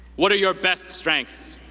what are your best strengths?